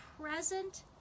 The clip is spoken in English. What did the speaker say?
present